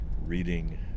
reading